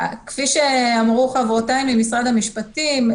כפי שאמרו חברותיי ממשרד המשפטים,